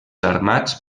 armats